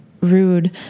rude